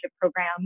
program